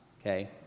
Okay